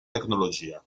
tecnologia